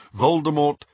Voldemort